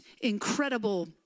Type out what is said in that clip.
incredible